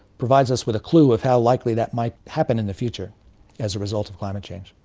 provides us with a clue of how likely that might happen in the future as a result of climate change.